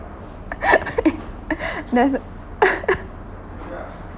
there's a